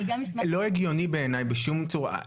לא הגיוני בעיניי בשום צורה,